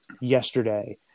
yesterday